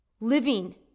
living